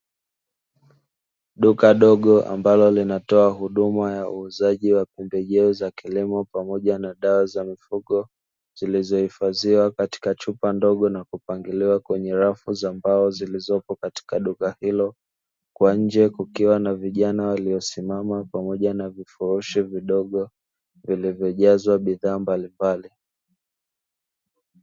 Duka dogo ambalo linatoa huduma za uuzaji wa pembejeo za kilimo pamoja na dawa za mifugo zilizohifadhiwa katika chupa ndogo na kupangwa katika rafu za mbao zilizipo katika duka hilo, kwa nje kukiwa na watu wamesimama pamoja na vifurushi vidogo vilivyojazwa bidhaa mbalimbali.